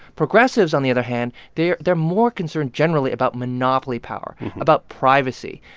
progressives, on the other hand they're they're more concerned generally about monopoly power, about privacy.